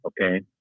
okay